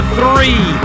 three